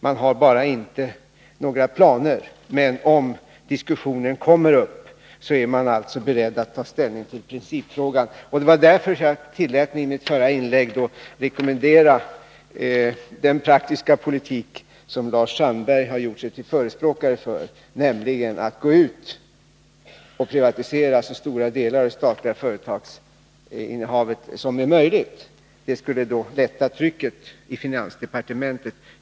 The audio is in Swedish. Man har bara inte några planer. Men om diskussionen kommer upp är man beredd att ta ställning till principfrågan. Det var därför jag i mitt förra inlägg tillät mig att rekommendera den praktiska politik som Lars Sandberg gjort sig till förespråkare för, nämligen att gå ut och privatisera så stora delar av det statliga företagsinnehavet som möjligt. Det skulle lätta trycket i finansdepartementet.